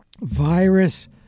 virus